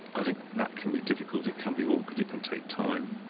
i think that can be difficult, it can be awkward, it can take time.